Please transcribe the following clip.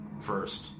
first